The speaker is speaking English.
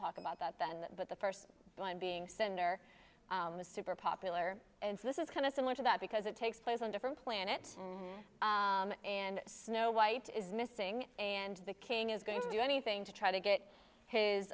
talk about that then but the first one being center on the super popular and this is kind of similar to that because it takes place on different planets and snow white is missing and the king is going to do anything to try to get his